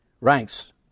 ranks